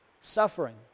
suffering